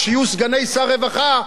כשיהיו סגני שר הרווחה,